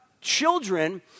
children